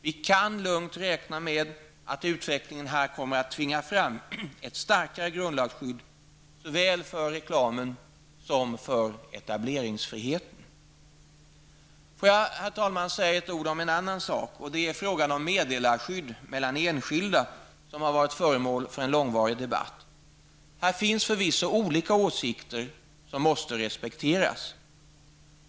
Man kan lugnt räkna med att utvecklingen kommer att tvinga fram ett starkare grundlagsskydd, såväl för reklamen som för etableringsfriheten. Frågan om meddelarskyddet mellan enskilda har varit föremål för en långvarig debatt. Här finns förvisso olika åsikter som måste respekteras.